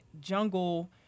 jungle